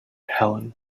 helen